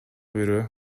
бирөө